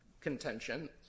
contention